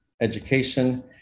education